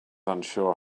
unsure